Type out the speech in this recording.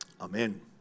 Amen